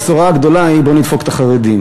הבשורה הגדולה היא: בואו נדפוק את החרדים.